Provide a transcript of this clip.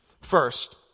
First